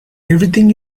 everything